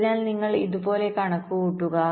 അതിനാൽ നിങ്ങൾ ഇതുപോലെ കണക്കുകൂട്ടുക